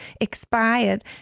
expired